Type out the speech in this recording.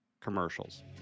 commercials